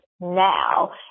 now